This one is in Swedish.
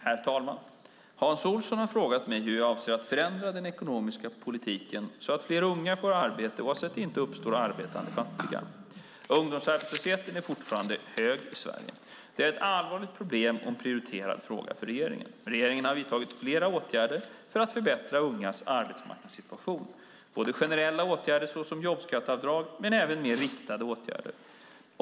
Herr talman! Hans Olsson har frågat mig hur jag avser att förändra den ekonomiska politiken så att fler unga får arbete och så att det inte uppstår arbetande fattiga. Ungdomsarbetslösheten är fortfarande hög i Sverige. Detta är ett allvarligt problem och en prioriterad fråga för regeringen. Regeringen har vidtagit flera åtgärder för att förbättra ungas arbetsmarknadssituation, både generella åtgärder såsom jobbskatteavdrag och även mer riktade åtgärder.